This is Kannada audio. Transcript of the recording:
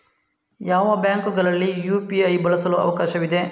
ಯಾವ ಬ್ಯಾಂಕುಗಳಲ್ಲಿ ಯು.ಪಿ.ಐ ಬಳಸಲು ಅವಕಾಶವಿದೆ?